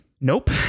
nope